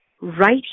right